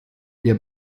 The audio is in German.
der